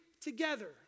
together